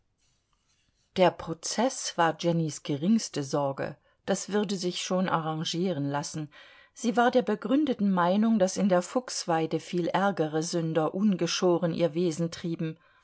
der prozeß war jennys geringste sorge das würde sich schon arrangieren lassen sie war der begründeten meinung daß in der fuchsweide viel ärgere sünder ungeschoren ihr wesen trieben